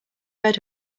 red